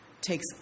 takes